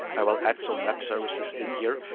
i will add some app services in here,